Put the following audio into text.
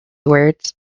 words